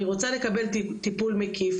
אני רוצה לקבל טיפול מקיף,